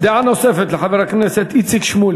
הוא שוב יוצר קבוצות שנהנות מטובה כזאת וטובה אחרת,